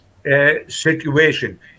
Situation